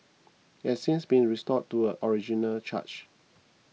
it has since been restored to a original charge